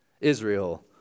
Israel